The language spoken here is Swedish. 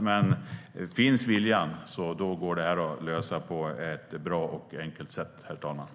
Men finns viljan går det att lösa på ett bra och enkelt sätt, herr talman.